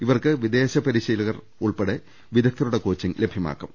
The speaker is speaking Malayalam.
ഇവർക്ക് വിദേശ് പരിശീലകർ ഉൾപ്പെടെ വിദഗ്ധരുടെ കോച്ചിങ് ലഭ്യമാക്കും